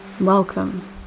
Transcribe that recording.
welcome